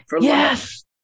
Yes